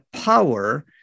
power